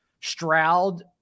Stroud